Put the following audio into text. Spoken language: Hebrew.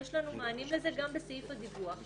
יש לנו מענים לזה גם בסעיף הדיווח.